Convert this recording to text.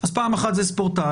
אז פעם אחת זה ספורטאי,